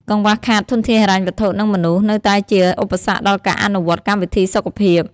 កង្វះខាត ធនធានហិរញ្ញវត្ថុ និងមនុស្ស នៅតែជាឧបសគ្គដល់ការអនុវត្តកម្មវិធីសុខភាព។